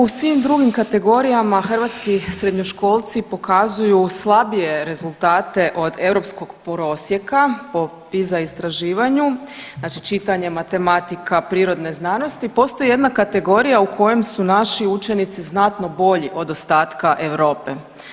Iako u svim drugim kategorijama hrvatski srednjoškolci pokazuju slabije rezultate od europskog prosjeka po PISA istraživanju, znači čitanje, matematika, prirodne znanosti postoji jedna kategorija u kojem su naši učenici znatno bolji od ostatka Europe.